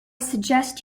suggest